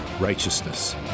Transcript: righteousness